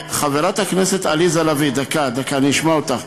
חברת הכנסת עליזה לביא, מה הבעיה משבת לשבת?